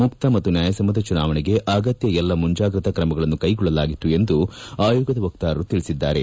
ಮುಕ್ತ ಮತ್ತು ನ್ವಾಯಸಮ್ನತ ಚುನಾವಣೆಗೆ ಅಗತ್ಯ ಎಲ್ಲ ಮುಂಜಾಗ್ರತಾ ಕ್ರಮಗಳನ್ನು ಕೈಗೊಳ್ಳಲಾಗಿತ್ತು ಎಂದು ಆಯೋಗದ ವಕ್ತಾರರು ತಿಳಿಸಿದ್ಲಾರೆ